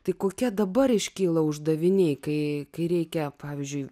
tai kokie dabar iškyla uždaviniai kai kai reikia pavyzdžiui